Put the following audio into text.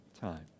time